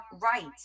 right